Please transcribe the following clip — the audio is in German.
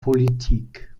politik